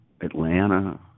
Atlanta